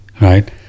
right